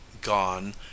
gone